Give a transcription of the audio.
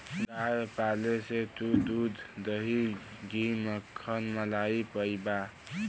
गाय पाले से तू दूध, दही, घी, मक्खन, मलाई पइबा